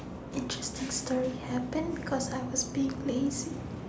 interesting story happen because I was being lazy